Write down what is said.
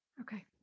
Okay